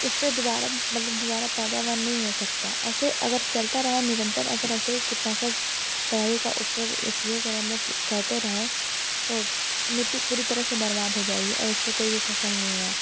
उस पर दूबारा मतलब दूबारा पैदावार नहीं हो सकती ऐसे अगर चलता रहा निरंतर अगर ऐसे कीटनाशक दवाइयों का ऊपर उपयोग अगर हम लोग करते रहे तो मिट्टी पूरी तरह से बर्बाद हो जाएगी और उस पर कोई भी फ़सल नी होगा